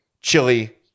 chili